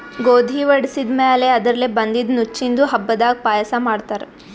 ಗೋಧಿ ವಡಿಸಿದ್ ಮ್ಯಾಲ್ ಅದರ್ಲೆ ಬಂದಿದ್ದ ನುಚ್ಚಿಂದು ಹಬ್ಬದಾಗ್ ಪಾಯಸ ಮಾಡ್ತಾರ್